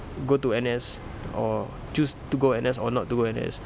go to N_S or choose to go N_S or not to go N_S